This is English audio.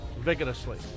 vigorously